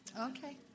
Okay